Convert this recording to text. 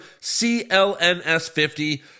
CLNS50